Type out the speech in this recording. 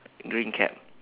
green cap